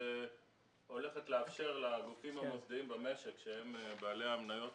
שהולכת לאפשר לגופים המוסדיים במשק שהם בעלי מניות